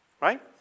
Right